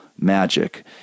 magic